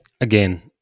Again